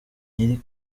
nyiri